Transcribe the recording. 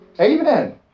Amen